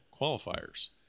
qualifiers